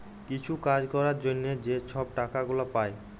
কিছু কাজ ক্যরার জ্যনহে যে ছব টাকা গুলা পায়